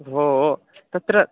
ओ ओ तत्र